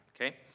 okay